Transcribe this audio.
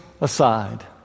aside